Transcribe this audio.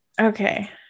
Okay